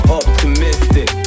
optimistic